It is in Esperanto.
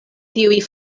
tiuj